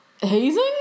hazing